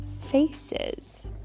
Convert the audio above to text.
faces